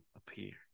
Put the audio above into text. appear